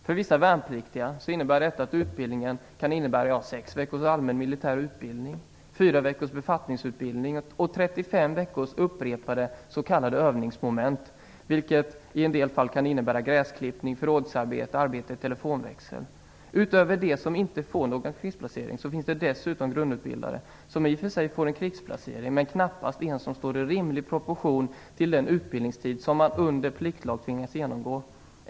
För vissa värnpliktiga innebär detta att utbildningen kan innebära sex veckors allmän militär utbildning, fyra veckors befattningsutbildning och 35 veckors upprepade s.k. övningsmoment, vilket i en del fall kan innebära gräsklippning, förrådsarbete och arbete i telefonväxel. Utöver dem som inte får någon krigsplacering finns det grundutbildade som visserligen får en krigsplacering, men knappast en som står i rimlig proportion till den utbildning som man under pliktlag tvingats genomgå.